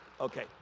Okay